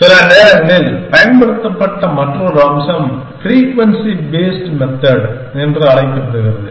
சில நேரங்களில் பயன்படுத்தப்பட்ட மற்றொரு அம்சம் ஃப்ரீக்வென்சி பேஸ்டு மெத்தேட் என்று அழைக்கப்படுகிறது